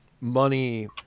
money